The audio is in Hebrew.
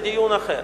וזה דיון אחר.